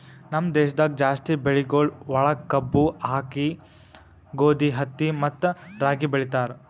ನಮ್ ದೇಶದಾಗ್ ಜಾಸ್ತಿ ಬೆಳಿಗೊಳ್ ಒಳಗ್ ಕಬ್ಬು, ಆಕ್ಕಿ, ಗೋದಿ, ಹತ್ತಿ ಮತ್ತ ರಾಗಿ ಬೆಳಿತಾರ್